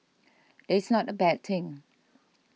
it's not a bad thing